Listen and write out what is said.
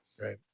Right